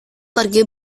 pergi